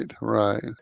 right